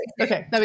okay